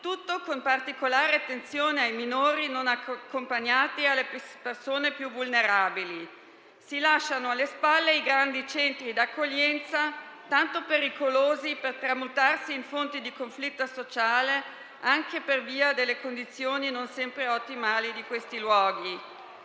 tutto con particolare attenzione ai minori non accompagnati e alle persone più vulnerabili. Si lasciano alle spalle i grandi centri di accoglienza, tanto pericolosi per il fatto di tramutarsi in fonti di conflitto sociale - anche per via delle condizioni non sempre ottimali di quei luoghi